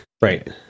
Right